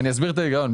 אני אסביר את ההיגיון.